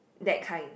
that kind